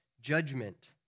judgment